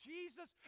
Jesus